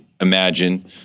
imagine